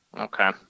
Okay